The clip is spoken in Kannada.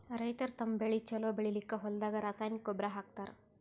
ರೈತರ್ ತಮ್ಮ್ ಬೆಳಿ ಛಲೋ ಬೆಳಿಲಿಕ್ಕ್ ಹೊಲ್ದಾಗ ರಾಸಾಯನಿಕ್ ಗೊಬ್ಬರ್ ಹಾಕ್ತಾರ್